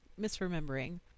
misremembering